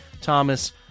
Thomas